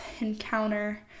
encounter